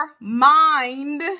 mind